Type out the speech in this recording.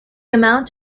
amount